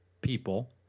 people